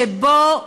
שבו ג'ורג'